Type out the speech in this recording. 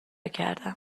کردم